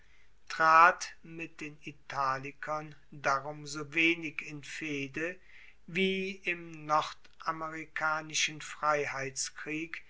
trat mit den italikern darum so wenig in fehde wie im nordamerikanischen